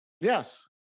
Yes